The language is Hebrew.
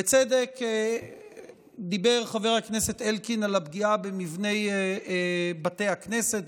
בצדק דיבר חבר הכנסת אלקין על הפגיעה במבני בתי הכנסת,